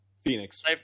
phoenix